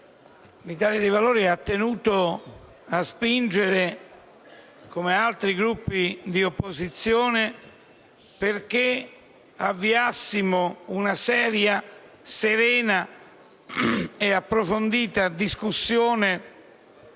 l'Italia dei Valori ha tenuto a spingere, come altri Gruppi di opposizione, perché avviassimo una seria, serena e approfondita discussione